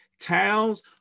towns